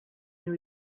new